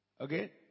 Okay